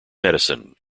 medicine